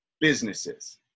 businesses